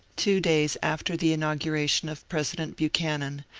two days after the inauguration of president buchanan,